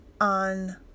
on